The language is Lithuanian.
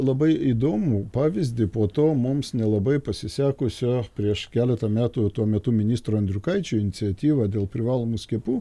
labai įdomų pavyzdį po to mums nelabai pasisekusio prieš keletą metų tuo metu ministro andriukaičio iniciatyva dėl privalomų skiepų